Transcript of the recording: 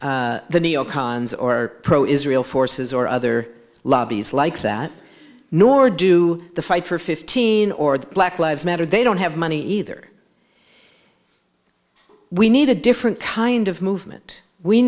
cons or pro israel forces or other lobbies like that nor do the fight for fifteen or black lives matter they don't have money either we need a different kind of movement we